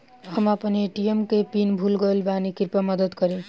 हम आपन ए.टी.एम के पीन भूल गइल बानी कृपया मदद करी